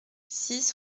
six